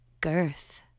Girth